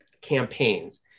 campaigns